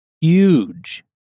Huge